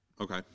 Okay